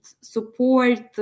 support